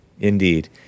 Indeed